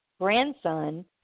grandson